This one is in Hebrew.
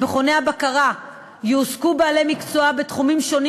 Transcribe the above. במכוני הבקרה יועסקו בעלי מקצוע בתחומים שונים